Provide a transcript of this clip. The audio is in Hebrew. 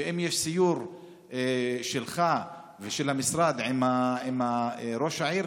ואם יש סיור שלך ושל המשרד עם ראש העיר,